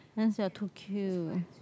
once you're too cute